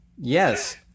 Yes